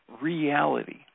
reality